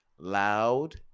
Loud